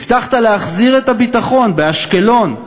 הבטחת להחזיר את הביטחון באשקלון,